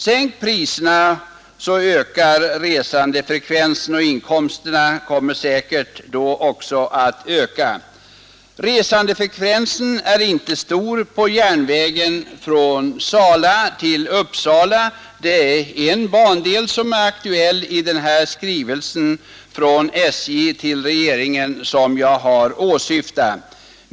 Sänk priserna så ökar resandefrekvensen och inkomsterna kommer säkerligen då också att öka! Resandefrekvensen är inte stor på järnvägen från Sala till Uppsala — en bandel som är aktuell i den skrivelse från SJ till regeringen som jag har åsyftat.